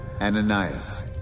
Ananias